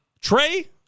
Trey